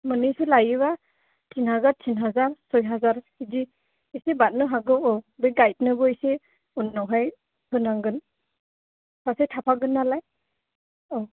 मोननैसो लायोब्ला तिन हाजार तिन हाजार सय हाजार बिदि एसे बारनो हागौ औ बे गाइडनोबो एसे उनावहाय होनांगोन सासे थाफागोन नालाय औ